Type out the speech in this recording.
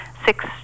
six